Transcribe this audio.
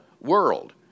world